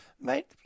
Mate